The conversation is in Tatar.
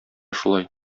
шулай